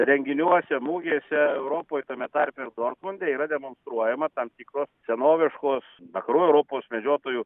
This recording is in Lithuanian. renginiuose mugėse europoj tame tarpe ir dortmunde yra demonstruojama tam tikros senoviškos vakarų europos medžiotojų